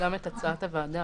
בלא דיחוי.